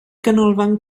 ganolfan